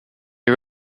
are